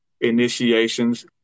initiations